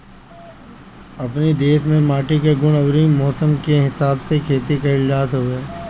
अपनी देस में माटी के गुण अउरी मौसम के हिसाब से खेती कइल जात हवे